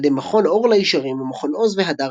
על ידי מכון אור לישרים ומכון עוז והדר,